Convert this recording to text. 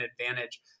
advantage